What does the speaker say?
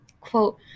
Quote